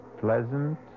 pleasant